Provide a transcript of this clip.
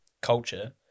culture